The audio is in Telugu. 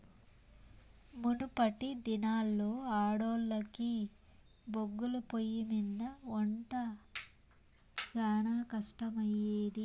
మునపటి దినాల్లో ఆడోల్లకి బొగ్గుల పొయ్యిమింద ఒంట శానా కట్టమయ్యేది